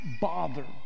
bother